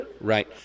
Right